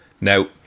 Now